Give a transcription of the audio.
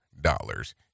dollars